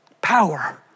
power